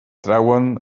trauen